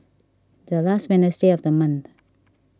the last Wednesday of the month